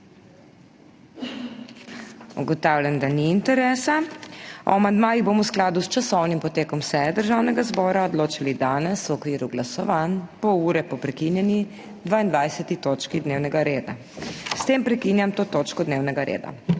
Ugotavljam, da ni interesa. O amandmajih bomo v skladu s časovnim potekom seje Državnega zbora odločali danes v okviru glasovanj, pol ure po prekinjeni 22. točki dnevnega reda. S tem prekinjam to točko dnevnega reda.